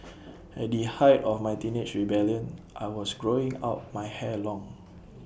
at the height of my teenage rebellion I was growing out my hair long